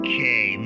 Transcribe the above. Okay